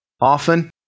often